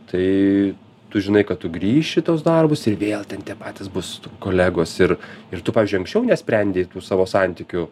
tai tu žinai kad tu grįši tuos darbus ir vėl ten tie patys bus kolegos ir ir tu pavyzdžiui anksčiau nesprendei tų savo santykių